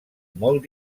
molt